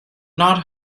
not